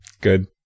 Good